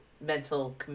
mental